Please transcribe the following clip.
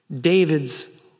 David's